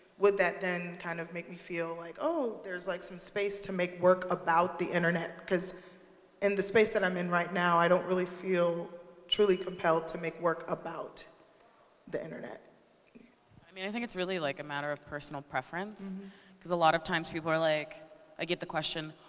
would that, then, kind of make me feel like, oh, there's like some space to make work about the internet? cause in the space that i'm in right now, i don't really feel truly compelled to make work about the internet. kd i mean i think it's really like a matter of personal preference cause a lot of times, people are like i get the questions,